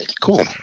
Cool